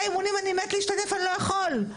מילואים והם מתים להשתתף אבל הם לא יכולים.